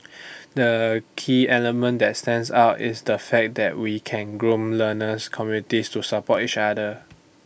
the key element that stands out is the fact that we can groom learner's communities to support each other